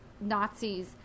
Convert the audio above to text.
Nazis